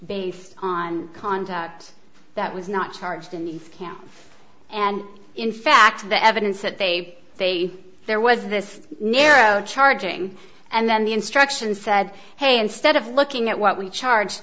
based on conduct that was not charged in these camps and in fact the evidence that they say there was this narrow charging and then the instructions said hey instead of looking at what we charge